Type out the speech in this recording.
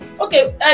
Okay